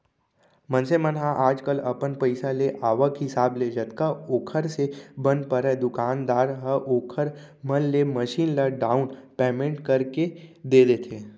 मनसे मन ह आजकल अपन पइसा के आवक हिसाब ले जतका ओखर से बन परय दुकानदार ह ओखर मन ले मसीन ल डाउन पैमेंट करके दे देथे